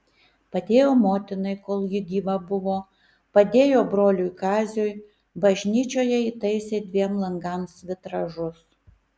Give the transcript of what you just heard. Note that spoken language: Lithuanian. padėjo motinai kol ji gyva buvo padėjo broliui kaziui bažnyčioje įtaisė dviem langams vitražus